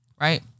right